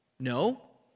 No